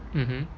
mmhmm